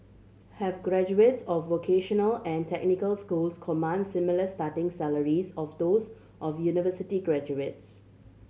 have graduates of vocational and technical schools command similar starting salaries of those of university graduates